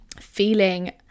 feeling